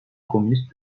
komünist